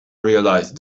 realised